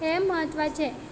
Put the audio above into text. हें म्हत्वाचें